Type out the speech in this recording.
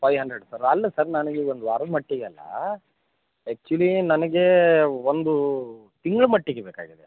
five hundred sir ಅಲ್ಲ sir ನಾನು ಇಲ್ಲಿ ಒಂದು ವರದ ಮಟ್ಟಿಗೆ ಅಲ್ಲ ಆ್ಯಕ್ಚುಲಿ ನನಗೆ ಒಂದು ತಿಂಗ್ಳ ಮಟ್ಟಿಗೆ ಬೇಕಾಗಿದೆ